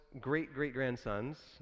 great-great-grandsons